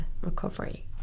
recovery